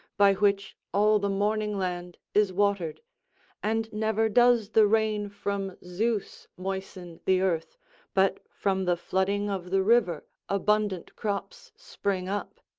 by which all the morning-land is watered and never does the rain from zeus moisten the earth but from the flooding of the river abundant crops spring up.